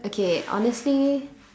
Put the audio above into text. okay honestly